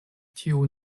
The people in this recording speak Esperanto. tiu